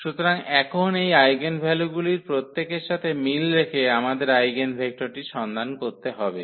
সুতরাং এখন এই আইগেনভ্যালুগুলির প্রত্যেকের সাথে মিল রেখে আমাদের আইগেনভেক্টরটির সন্ধান করতে হবে